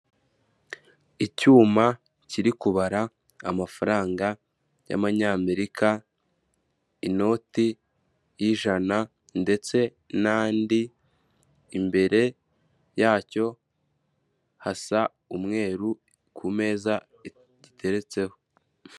Icyuma kiri kubara amafaranga y'amanyamerika, inoti y'ijana ndetse n'andi, imbere yacyo hasa umweru ku meza giteretseho.